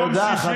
ביום שישי,